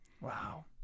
Wow